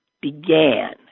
began